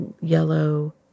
yellow